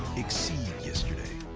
exceed yesterday,